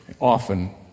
often